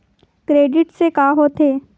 Credit से का होथे?